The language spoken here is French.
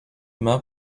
main